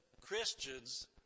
Christians